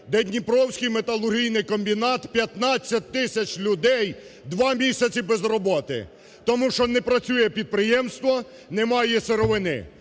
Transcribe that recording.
Дніпровський металургійний комбінат 15 тисяч людей 2 місяці без роботи, тому що не працює підприємство, немає сировини.